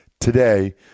today